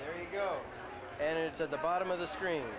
there you go and it's at the bottom of the screen